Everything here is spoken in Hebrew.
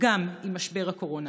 גם עם משבר הקורונה.